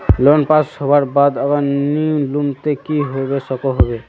Loan pass होबार बाद अगर नी लुम ते की होबे सकोहो होबे?